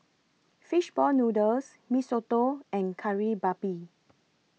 Fish Ball Noodles Mee Soto and Kari Babi